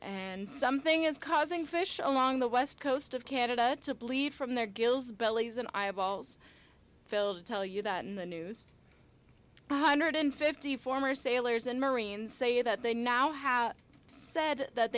and something is causing fish along the west coast of canada to bleed from their gills bellies and i have balls filled to tell you that in the news one hundred and fifty former sailors and marines say that they now have said that